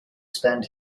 spend